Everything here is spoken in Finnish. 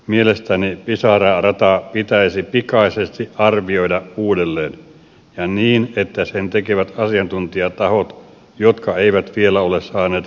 mielestäni pisara rata pitäisi pikaisesti arvioida uudelleen ja niin että sen tekevät asiantuntijatahot jotka eivät vielä ole saaneet pisara tartuntaa